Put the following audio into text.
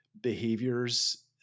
behaviors